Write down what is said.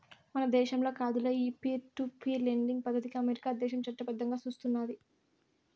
మన దేశంల కాదులే, ఈ పీర్ టు పీర్ లెండింగ్ పద్దతికి అమెరికా దేశం చట్టబద్దంగా సూస్తున్నాది